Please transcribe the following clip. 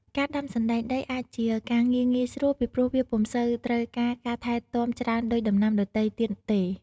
ការដាំសណ្តែកដីអាចជាការងារងាយស្រួល ពីព្រោះវាពុំសូវត្រូវការការថែទាំច្រើនដូចដំណាំដទៃទៀតទេ។